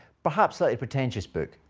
perhaps slightly pretentious book,